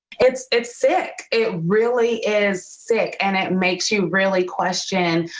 it's it's sick. it really is sick and it makes you really questioned.